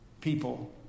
people